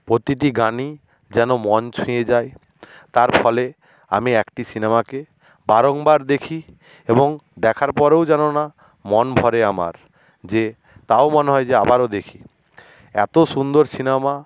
প্রতিটি গানই যেন মন ছুঁয়ে যায় তার ফলে আমি একটি সিনেমাকে বারংবার দেখি এবং দেখার পরও যেন না মন ভরে আমার যে তাও মনে হয় যে আবারও দেখি এত সুন্দর সিনেমা